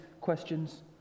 questions